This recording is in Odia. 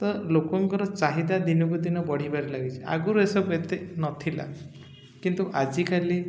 ତ ଲୋକଙ୍କର ଚାହିଦା ଦିନକୁ ଦିନ ବଢ଼ିବାରେ ଲାଗିଛି ଆଗରୁ ଏସବୁ ଏତେ ନଥିଲା କିନ୍ତୁ ଆଜିକାଲି